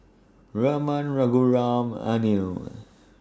Raman Raghuram Anil